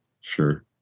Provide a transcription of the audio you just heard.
sure